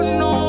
no